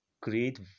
Create